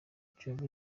kiyovu